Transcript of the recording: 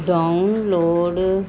download